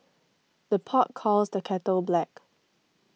the pot calls the kettle black